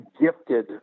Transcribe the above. gifted